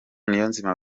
niyonzima